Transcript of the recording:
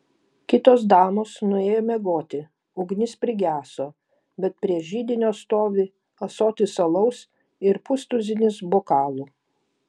kitos damos nuėjo miegoti ugnis prigeso bet prie židinio stovi ąsotis alaus ir pustuzinis bokalų